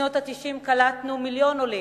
בשנות ה-90 קלטנו מיליון עולים,